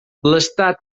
l’estat